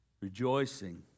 Rejoicing